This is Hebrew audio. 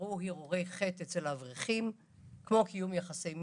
יעוררו הרהורי חטא אצל האברכים כמו קיום יחסי